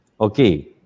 okay